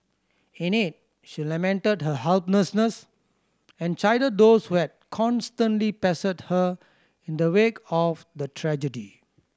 in it she lamented her helplessness and chided those who had constantly pestered her in the wake of the tragedy